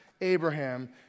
Abraham